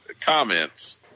comments